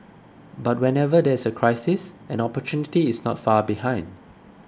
but whenever there is a crisis an opportunity is not far behind